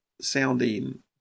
sounding